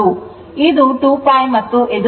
6 ಆಗಿದೆ